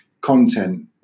content